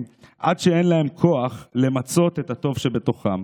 עד שאין להם כוח למצות את הטוב שבתוכם.